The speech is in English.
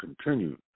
continue